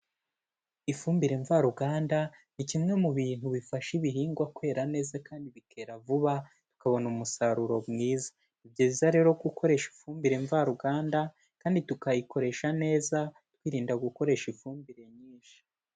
Ifumbire mvaruganda, ni kimwe mu bintu bifasha ibihingwa kwera neza kandi bikera vuba, ukabona umusaruro mwiza. Ni byiza rero gukoresha ifumbire mvaruganda, kandi tukayikoresha neza, twirinda gukoresha ifumbire nyinshi.